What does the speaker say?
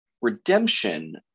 redemption